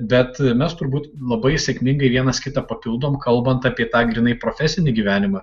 bet mes turbūt labai sėkmingai vienas kitą papildom kalbant apie tą grynai profesinį gyvenimą